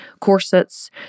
corsets